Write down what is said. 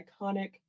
iconic